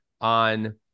on